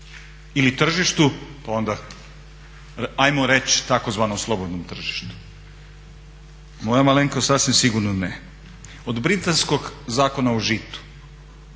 ili tržištu pa onda ajmo reći tzv. slobodnom tržištu? Moja malenkost sasvim sigurno ne. Od britanskog Zakona o žitu